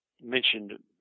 mentioned